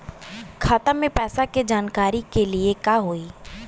खाता मे पैसा के जानकारी के लिए का होई?